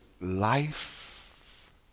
life